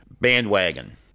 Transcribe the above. bandwagon